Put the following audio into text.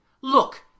Look